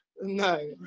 No